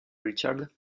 richard